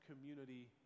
community